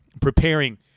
preparing